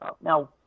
Now